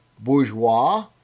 bourgeois